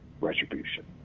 retribution